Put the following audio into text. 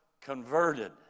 converted